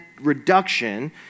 reduction